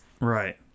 Right